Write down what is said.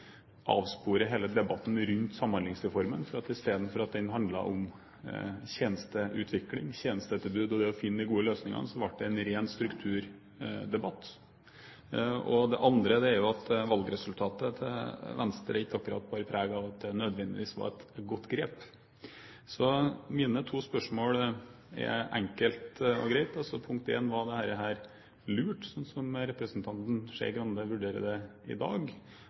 avsporer hele debatten rundt Samhandlingsreformen, for i stedet for at den handlet om tjenesteutvikling, tjenestetilbud og det å finne de gode løsningene, så ble det en ren strukturdebatt. Det andre er jo at valgresultatet til Venstre ikke akkurat bar preg av at det nødvendigvis var et godt grep. Så mine to spørsmål er, enkelt og greit: Punkt én, var dette lurt, slik representanten Skei Grande vurderer det i dag?